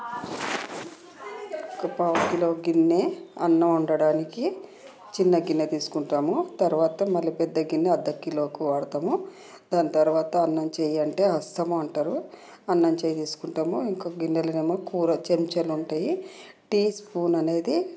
ఒక పావు కిలో గిన్నె అన్నం వండడానికి చిన్న గిన్నె తీసుకుంటాము తర్వాత మళ్ళీ పెద్ద గిన్నె అర్ధ కిలోకు వాడుతాము దాని తర్వాత అన్నం చేయి అంటే హస్తము అంటారు అన్నం చేయి తీసుకుంటాము ఇంకొక గిన్నెలకేమో కూర చెంచాలు ఉంటాయి టీ స్పూన్ అనేది